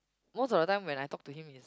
most of the time when I talk to him is